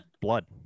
blood